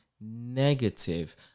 negative